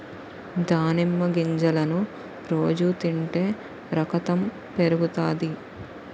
దానిమ్మ గింజలను రోజు తింటే రకతం పెరుగుతాది